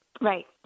Right